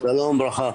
וברכה.